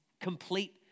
complete